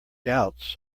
doubts